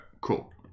Cool